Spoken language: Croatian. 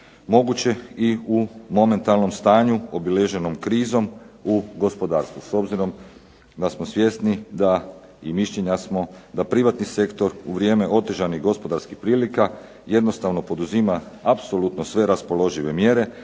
moguće i u momentalnom stanju obilježenom krizom u gospodarstvu, s obzirom da smo svjesni da i mišljenja smo da privatni sektor u vrijeme otežanih gospodarskih prilika jednostavno poduzima apsolutno sve raspoložive mjere